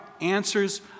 answers